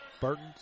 Burton